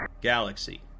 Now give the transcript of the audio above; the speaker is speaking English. galaxy